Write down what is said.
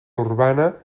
urbana